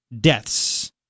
Deaths